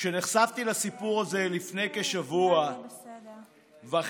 כשנחשפתי לסיפור הזה לפני כשבוע וחצי,